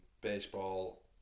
baseball